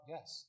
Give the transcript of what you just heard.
Yes